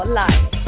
life